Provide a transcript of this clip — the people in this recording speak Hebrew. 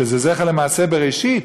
שזה זכר למעשה בראשית,